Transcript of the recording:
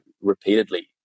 repeatedly